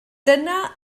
dyna